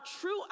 true